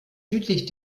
südlich